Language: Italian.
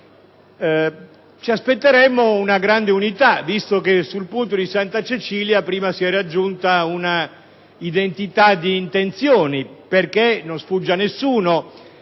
ci aspetteremmo una grande unità, visto che sul punto di Santa Cecilia si è raggiunta prima una identità di intenti, in quanto non sfugge a nessuno